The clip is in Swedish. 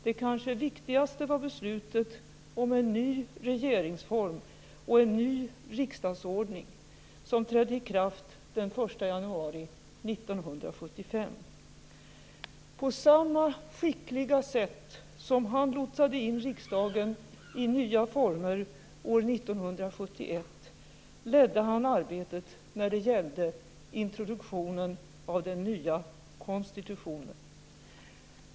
Det kanske viktigaste var beslutet om en ny regeringsform och en ny riksdagsordning som trädde i kraft den 1 På samma skickliga sätt som han lotsade in riksdagen i nya former år 1971 ledde han arbetet när det gällde introduktionen av den nya konstitutionen.